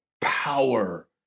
power